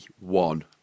one